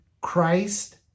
Christ